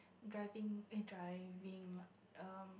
driving eh driving um